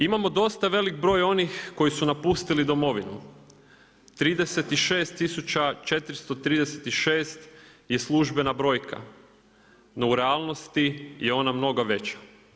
Imamo dosta velik broj onih koji su napustili Domovinu, 36 tisuća 436 je službena brojka, no u realnosti je ona mnogo veća.